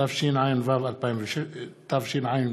התשע"ז